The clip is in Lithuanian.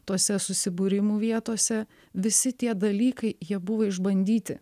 tose susibūrimų vietose visi tie dalykai jie buvo išbandyti